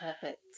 Perfect